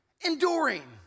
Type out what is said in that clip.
enduring